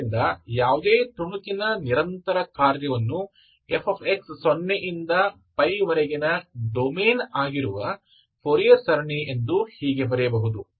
ಆದ್ದರಿಂದ ಯಾವುದೇ ತುಣುಕಿನ ನಿರಂತರ ಕಾರ್ಯವನ್ನು f ಸೊನ್ನೆಯಿಂದ π ವರೆಗಿನ ಡೊಮೇನ್ ಆಗಿರುವ ಫೋರಿಯರ್ ಸರಣಿ ಎಂದು ಹೀಗೆ ಬರೆಯಬಹುದು